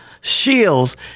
Shields